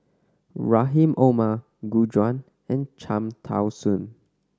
Rahim Omar Gu Juan and Cham Tao Soon